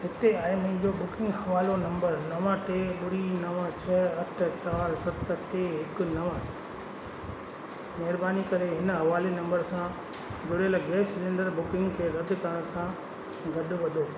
हिते आहे मुंहिंजो बुकिंग हवालो नंबर नवं टे ॿुड़ी नवं छह अठ चार सत टे हिकु नवं महिरबानी करे हिन हवाले नंबर सां जुड़ियल गैस सिलेंडर बुकिंग खे रदि करण सां गॾु वधो